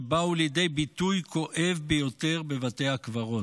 שבאו לידי ביטוי כואב ביותר בבתי הקברות.